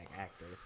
actors